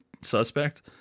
suspect